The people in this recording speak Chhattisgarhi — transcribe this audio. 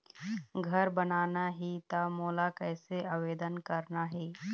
घर बनाना ही त मोला कैसे आवेदन करना हे?